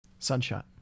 sunshot